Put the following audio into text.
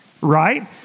right